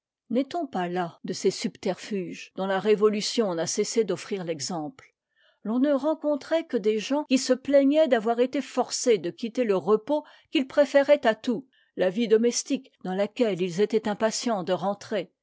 on pas las de ces subterfuges dont la révolution n'a cessé d'offrir l'exemple l'on ne rencontrait que des gens qui se plaignaient d'avoir été forcés de quitter le repos qu'ils préféraient à tout la vie do mestique dans laquelle ils étaient impatients de rentrer